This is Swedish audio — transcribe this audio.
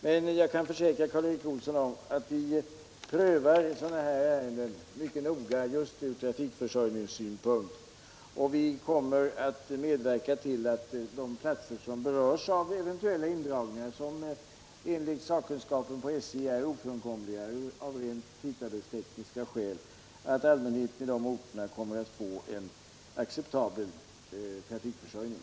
Men jag kan försäkra Karl Erik Olsson om att vi prövar sådana här ärenden mycket noga just ur trafikförsörjningssynpunkt, och vi kommer att medverka till att allmänheten i de orter som berörs av indragningar som enligt SJ:s sakkunskap är ofrånkomliga av rent tidtabellstekniska skäl får en acceptabel trafikförsörjning.